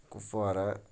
Kupwara